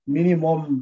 Minimum